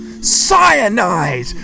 Cyanide